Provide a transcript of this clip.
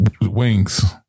wings